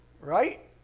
right